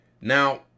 Now